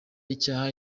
icyaha